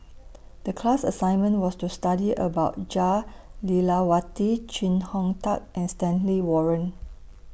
The class assignment was to study about Jah Lelawati Chee Hong Tat and Stanley Warren